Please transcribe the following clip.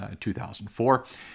2004